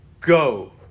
go